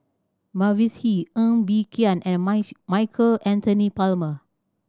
Mavis Hee Ng Bee Kia and Michael Anthony Palmer